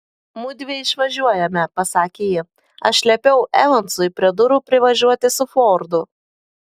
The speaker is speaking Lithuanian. mudvi išvažiuojame pasakė ji aš liepiau evansui prie durų privažiuoti su fordu